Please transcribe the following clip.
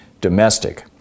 domestic